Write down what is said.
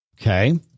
Okay